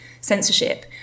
censorship